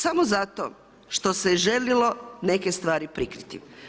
Samo zato što se žalili neke stvari prikriti.